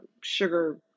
sugar